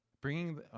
bringing